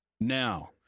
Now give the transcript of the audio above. Now